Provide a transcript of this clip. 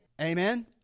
Amen